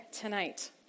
tonight